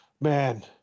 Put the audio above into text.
Man